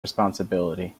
responsibility